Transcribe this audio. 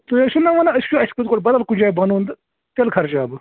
تُہۍ ٲسِو نا ونان أسۍ وُچھو گۅڈٕ اَسہِ گَوٚژھ بَدل کُنہِ جایہِ بَنُن تہٕ تیلہِ خرچاوٕ بہٕ